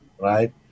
right